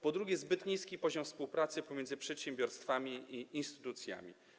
Po drugie, zbyt niski poziom współpracy pomiędzy przedsiębiorstwami i instytucjami.